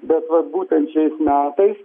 bet va būtent šiais metais